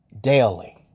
daily